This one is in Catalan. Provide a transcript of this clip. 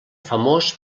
famós